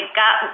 got